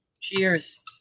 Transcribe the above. Cheers